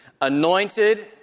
anointed